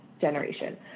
generation